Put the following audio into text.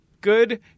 Good